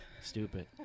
Stupid